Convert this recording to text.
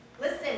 Listen